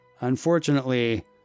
Unfortunately